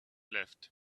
left